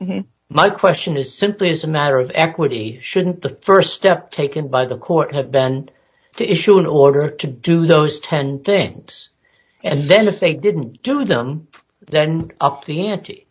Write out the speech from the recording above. my question is simply as a matter of equity shouldn't the st step taken by the court have been to issue an order to do those ten things and then if they didn't do them then up the ante